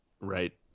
Right